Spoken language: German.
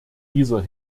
dieser